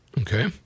okay